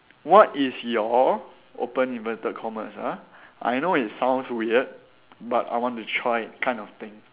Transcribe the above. what is your open inverted commas ah I know it sounds weird but I want to try it kind of thing